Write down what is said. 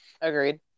Agreed